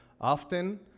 Often